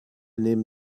nehmen